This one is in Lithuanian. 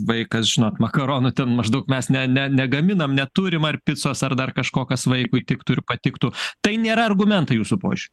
vaikas žinot makaronų ten maždaug mes ne ne negaminam neturim ar picos ar dar kažko kas vaikui tiktų ir patiktų tai nėra argumentai jūsų požiūriu